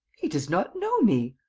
he does not know me.